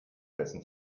dessen